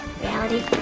reality